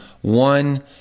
one